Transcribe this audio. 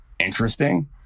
interesting